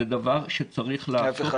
זה דבר שצריך לעשות אותו --- להיפך,